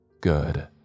Good